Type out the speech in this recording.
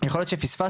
יכול להיות שפספסתי,